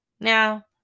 Now